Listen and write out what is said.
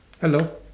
hello